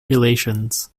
relations